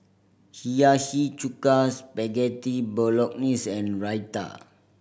Hiyashi Chuka Spaghetti Bolognese and Raita